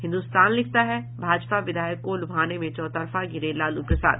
हिन्द्रस्तान लिखता है भाजपा विधायक को लूभाने में चौतरफा घिरे लालू प्रसाद